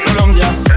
Colombia